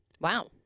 Wow